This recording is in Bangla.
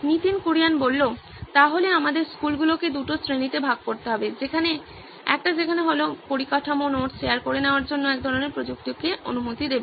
নীতিন কুরিয়ান তাহলে আমাদের স্কুলগুলিকে দুটি শ্রেণীতে ভাগ করতে হবে একটি যেখানে পরিকাঠামো নোট শেয়ার করে নেওয়ার জন্য একধরনের প্রযুক্তিকে অনুমতি দেয়